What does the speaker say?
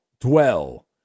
dwell